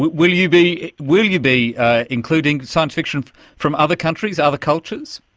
will you be will you be including science fiction from other countries, other cultures?